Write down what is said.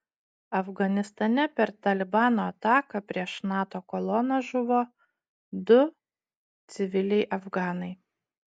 afganistane per talibano ataką prieš nato koloną žuvo du civiliai afganai